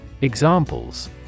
Examples